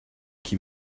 qui